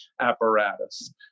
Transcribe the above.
apparatus